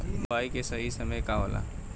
बुआई के सही समय का होला?